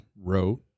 wrote